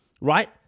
right